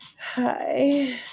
Hi